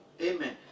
Amen